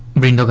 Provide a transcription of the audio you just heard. been